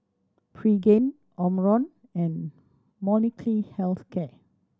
Pregain Omron and Molnylcke Health Care